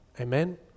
Amen